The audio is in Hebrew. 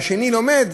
והשני לומד,